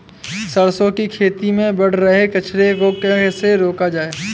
सरसों की खेती में बढ़ रहे कचरे को कैसे रोका जाए?